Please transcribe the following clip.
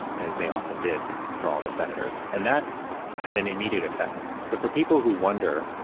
as they often did for all the senators, and that had an immediate effect. so, for people who wonder,